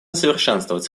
совершенствовать